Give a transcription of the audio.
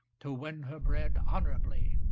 to win her bread honourably.